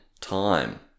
time